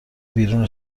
بیرون